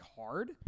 hard